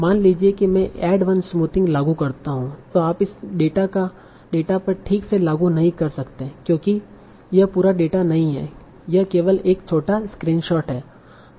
मान लीजिए कि मैं ऐड वन स्मूथिंग लागू करता हूं तो आप इस डेटा पर ठीक से लागू नहीं कर सकते क्योंकि यह पूरा डेटा नहीं है यह केवल एक छोटा स्क्रीनशॉट है